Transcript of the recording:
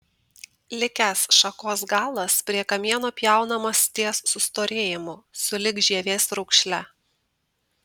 likęs šakos galas prie kamieno pjaunamas ties sustorėjimu sulig žievės raukšle